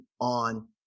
on